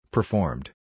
Performed